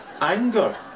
Anger